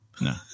No